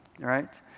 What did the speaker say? right